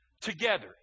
Together